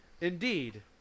Indeed